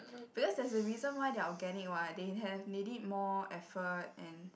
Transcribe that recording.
because that's the reason why they are organic what they have made it more effort and